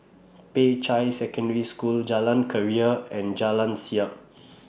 Peicai Secondary School Jalan Keria and Jalan Siap